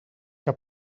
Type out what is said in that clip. que